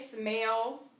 male